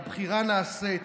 הבחירה נעשית